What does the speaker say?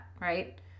right